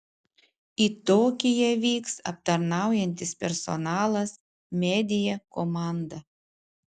į tokiją vyks aptarnaujantis personalas media komanda